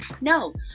no